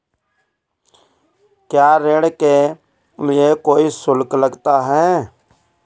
क्या ऋण के लिए कोई शुल्क लगता है?